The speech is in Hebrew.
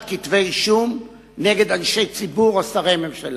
כתבי-אישום נגד אנשי ציבור או שרי ממשלה.